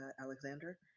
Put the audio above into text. Alexander